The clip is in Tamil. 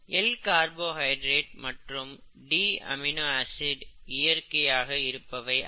எல் கார்போஹைட்ரேட் மற்றும் டி அமினோ ஆசிட் இயற்கையாக இருப்பவை அல்ல